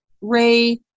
Ray